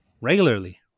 regularly